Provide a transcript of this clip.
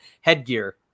headgear